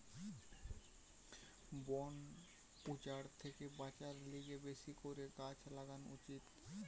বন উজাড় থেকে বাঁচার লিগে বেশি করে গাছ লাগান উচিত